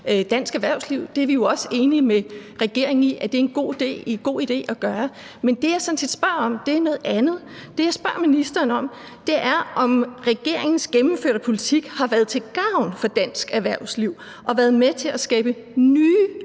dansk erhvervsliv, og det er vi jo også enig med regeringen i er en god idé at gøre. Men det, jeg sådan set spørger ministeren om, er, om regeringens gennemførte politik har været til gavn for dansk erhvervsliv og været med til at skabe nye